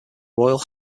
royal